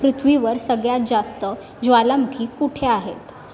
पृथ्वीवर सगळ्यात जास्त ज्वालामुखी कुठे आहेत